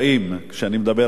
כשאני מדבר על ילדים,